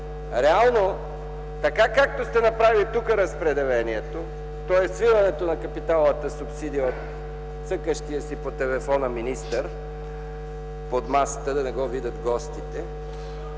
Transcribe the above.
Реално така, както сте направили тук разпределението, тоест свиването на капиталовата субсидия от цъкащия си по телефона министър – под масата, за да не го видят гостите...